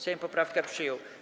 Sejm poprawkę przyjął.